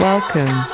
Welcome